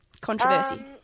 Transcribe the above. Controversy